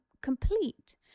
complete